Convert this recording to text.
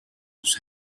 his